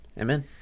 Amen